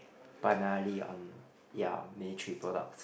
primarily on ya military products